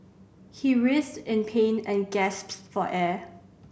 he writhed in pain and gasps for air